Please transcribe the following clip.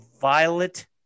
violet